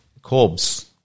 Corbs